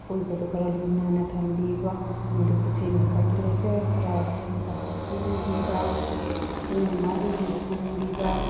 ꯑꯀꯣꯏꯕꯗꯨ ꯈꯔ ꯂꯨ ꯅꯥꯟꯅ ꯊꯝꯕꯤꯕ ꯑꯃꯗꯤ ꯈꯨꯠꯁꯦꯝꯒꯤ ꯐꯔꯇꯤꯂꯥꯏꯖꯔ ꯈꯔ ꯁꯦꯝꯃꯒ ꯍꯥꯞꯆꯤꯟꯕꯤꯕ ꯇꯣꯏꯅ ꯃꯥꯕꯨ ꯌꯦꯡꯁꯤꯟꯕꯤꯕ